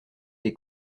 des